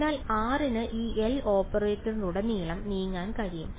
അതിനാൽ r ന് ഈ L ഓപ്പറേറ്ററിലുടനീളം നീങ്ങാൻ കഴിയും